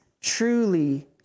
truly